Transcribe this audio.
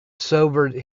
sobered